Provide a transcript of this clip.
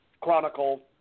Chronicle